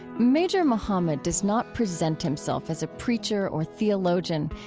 major muhammad does not present himself as a preacher or theologian.